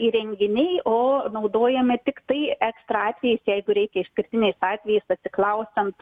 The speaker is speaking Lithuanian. įrenginiai o naudojami tiktai ekstra atvejais jeigu reikia išskirtiniais atvejais atsiklausiant